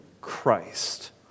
Christ